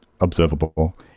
observable